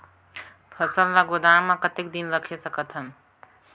फसल ला गोदाम मां कतेक दिन रखे सकथन?